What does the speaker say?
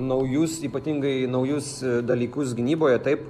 naujus ypatingai naujus dalykus gynyboje taip